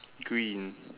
green